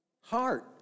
heart